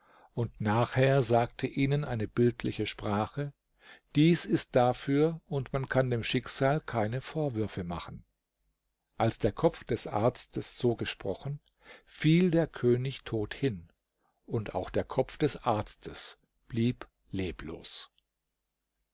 und nachher sagte ihnen eine bildliche sprache dies ist dafür und man kann dem schicksal keine vorwürfe machen als der kopf des arztes so gesprochen fiel der könig tot hin und auch der kopf des arztes blieb leblos